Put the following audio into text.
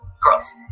Girls